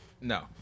No